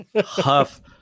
huff